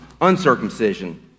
uncircumcision